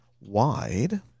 wide